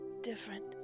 different